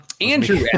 Andrew